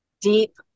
deep